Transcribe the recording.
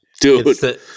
dude